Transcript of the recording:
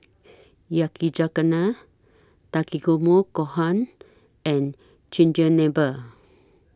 Yakizakana Takikomi Gohan and Chigenabe